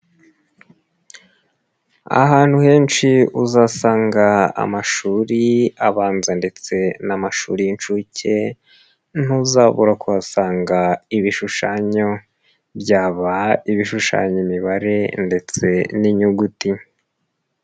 Ahantu henshi uzasanga amashuri abanza ndetse n'amashuri y'inshuke ntuzabura kuhasanga ibishushanyo, byaba ibishushanya imibare ndetse n'inyuguti.